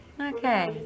Okay